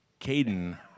Caden